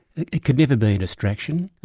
it it could never be a distraction.